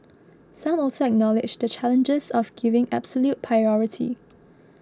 some also acknowledged the challenges of giving absolute priority